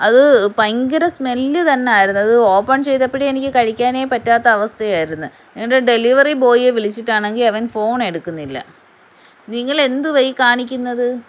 അത് ഭയങ്കര സ്മെല്ല് തന്നെ ആയിരുന്നു അത് ഓപ്പൺ ചെയ്തപ്പോഴേ എനിക്ക് കഴിക്കാനേ പറ്റാത്ത അവസ്ഥയായിരുന്നു അതുകൊണ്ട് ഡെലിവറി ബോയിയെ വിളിച്ചിട്ട് ആണെങ്കിൽ അവൻ ഫോൺ എടുക്കുന്നില്ല നിങ്ങൾ എന്തുവാണ് ഈ കാണിക്കുന്നത്